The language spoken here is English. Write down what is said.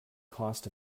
cost